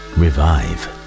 revive